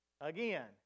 again